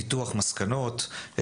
ניתוח מסקנות,